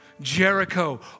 Jericho